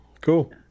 cool